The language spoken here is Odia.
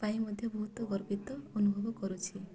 ପାଇଁ ମଧ୍ୟ ବହୁତ ଗର୍ବିତ ଅନୁଭବ କରୁଛି